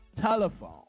telephone